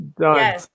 Done